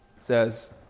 says